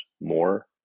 more